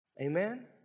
Amen